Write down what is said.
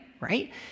right